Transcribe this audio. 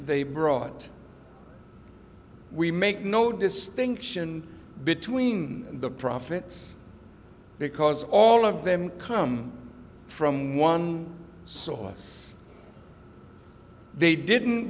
they brought we make no distinction between the prophets because all of them come from one sauce they didn't